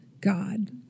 God